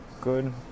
good